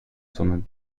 sondern